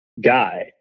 guy